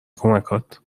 کمکهات